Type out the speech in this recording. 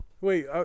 Wait